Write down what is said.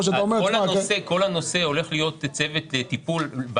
הולך להיות צוות טיפול,